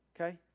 okay